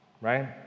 right